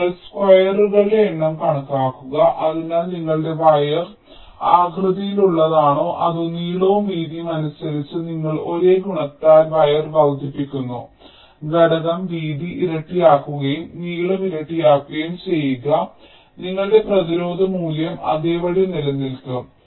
അതിനാൽ നിങ്ങൾ സ്ക്വയറുകളുടെ എണ്ണം കണക്കാക്കുക അതിനാൽ നിങ്ങളുടെ വയർ ആകൃതിയിലുള്ളതാണോ അതോ നീളവും വീതിയും അനുസരിച്ച് നിങ്ങൾ ഒരേ ഗുണനത്താൽ വയർ വർദ്ധിപ്പിക്കുന്നു ഘടകം വീതി ഇരട്ടിയാക്കുകയും നീളം ഇരട്ടിയാക്കുകയും ചെയ്യുക നിങ്ങളുടെ പ്രതിരോധ മൂല്യം അതേപടി നിലനിൽക്കും